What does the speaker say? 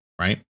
Right